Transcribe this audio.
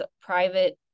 private